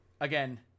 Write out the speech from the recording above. again